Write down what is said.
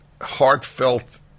heartfelt